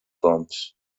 firms